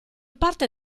parte